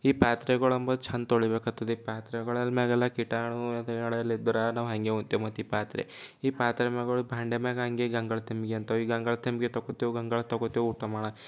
ಈ ಪಾತ್ರೆಗಳೆಂಬುದು ಚೆಂದ ತೊಳೀಬೇಕಾಗ್ತದೆ ಈ ಪಾತ್ರೆಗಳು ಅದ್ರ ಮ್ಯಾಗೆಲ್ಲ ಕೀಟಾಣು ಅದುಗಳೆಲ್ಲ ಇದ್ರೆ ನಾವು ಹಾಗೆ ಉಣ್ತೇವು ಮತ್ತು ಈ ಪಾತ್ರೆ ಈ ಪಾತ್ರೆ ಮ್ಯಾಗಳು ಭಾಂಡೆ ಮ್ಯಾಗ ಹಾಗೆ ಹೀಗೆ ಹಣ್ಗಳು ತಿಮ್ಗೆ ಅಂಥವು ಈ ಹಣ್ಗಳು ತಿಮ್ಗೆ ತಗೋತೇವೆ ಹಣ್ಗಳು ತೊಗೋತೇವೆ ಊಟ ಮಾಡಿ